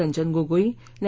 रंजन गोगोई न्या